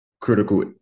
Critical